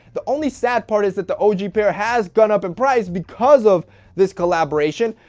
the only sad part is that the og pair has gone up in price because of this collaboration,